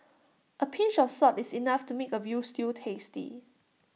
A pinch of salt is enough to make A Veal Stew tasty